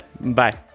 Bye